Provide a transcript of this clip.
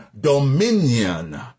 dominion